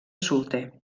solter